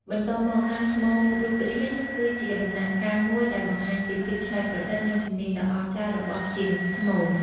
បន្ទាប់មក ការស្មូនរូបរាងគឺជាដំណាក់កាលមួយដែលបង្ហាញពីភាពច្នៃប្រឌិត និងជំនាញដ៏អស្ចារ្យរបស់ជាងស្មូន។